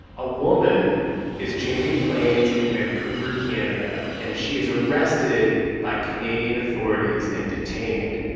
a woman is changing planes in vancouver, canada, and she is arrested by canadian authorities and detained.